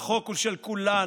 החוק הוא של כולנו,